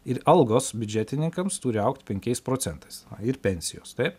ir algos biudžetininkams turi augt penkiais procentais va ir pensijos taip